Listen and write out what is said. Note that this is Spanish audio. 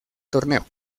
torneo